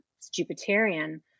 Jupiterian